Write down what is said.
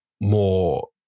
more